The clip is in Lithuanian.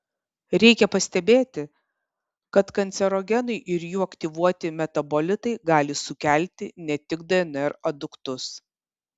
reikia pastebėti kad kancerogenai ar jų aktyvuoti metabolitai gali sukelti ne tik dnr aduktus